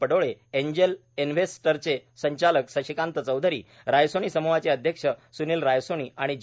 Padole angel इन्वेस्टरचे संचालक शशिकांत चौधरी रायसोनी समूहाचे अध्यक्ष सूनील रायसोनी आणि जी